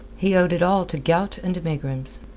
he owed it all to gout and megrims.